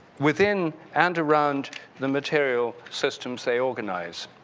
within and around the material systems they organized,